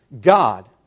God